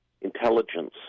intelligence